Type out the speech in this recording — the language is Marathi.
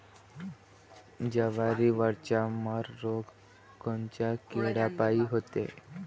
जवारीवरचा मर रोग कोनच्या किड्यापायी होते?